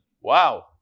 Wow